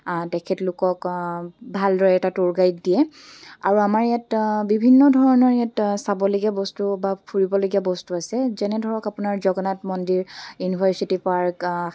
তেখেতলোকক ভালদৰে এটা টুৰ গাইড দিয়ে আৰু আমাৰ ইয়াত বিভিন্ন ধৰণৰ ইয়াত চাবলগীয়া বস্তু বা ফুৰিবলগীয়া বস্তু আছে যেনে ধৰক আপোনাৰ জগন্নাথ মন্দিৰ ইউনিভাৰ্চিটি পাৰ্ক